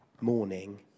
morning